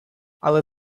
але